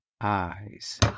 eyes